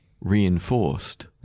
reinforced